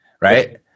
right